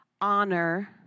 honor